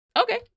Okay